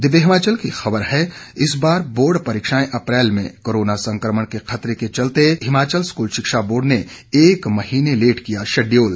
दिव्य हिमाचल की खबर है इस बार बोर्ड परीक्षाएं अप्रैल में कोरोना संक्रमण के खतरे के चलते हिमाचल स्कूल शिक्षा बोर्ड ने एक महीने लेट किया शेड्यूल